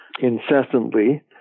incessantly